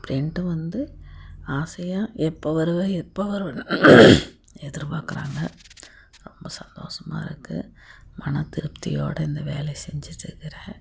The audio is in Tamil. அப்படின்ட்டு வந்து ஆசையாக எப்போ வருவ எப்போ வருவேன்னு எதிர்பார்க்குறாங்க ரொம்ப சந்தோஷமா இருக்குது மனதிருப்தியோடு இந்த வேலையை செஞ்சுட்ருக்கறேன்